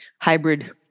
hybrid